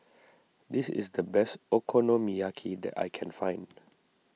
this is the best Okonomiyaki that I can find